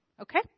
Okay